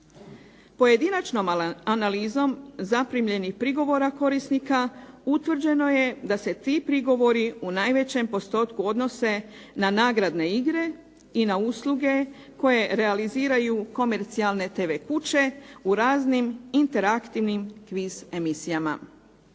Pojedinačnom analizom zaprimljenih prigovora korisnika utvrđeno je da se ti prigovori u najvećem postotku odnose na nagradne igre i na usluge koje realiziraju komercijalne TV kuće u raznim interaktivnim kviz emisijama.